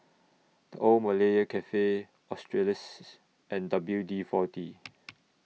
The Old Malaya Cafe Australis and W D forty